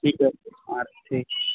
ٹھیک ہے ہاں ٹھیک